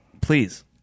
Please